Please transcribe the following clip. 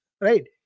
right